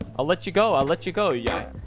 i'll let you go. i'll let you go. yeah.